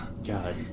God